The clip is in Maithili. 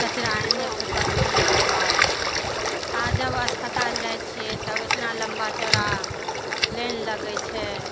कचरा एन्ने फेकल ओन्ने फेकल आओर जब अस्पताल जाइ छियै तब एतना लम्बा चौड़ा लाइन लगै छै